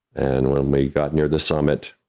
and when we got near the summit,